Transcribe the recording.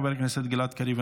חבר הכנסת גלעד קריב,